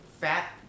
fat